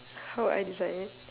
how would I design it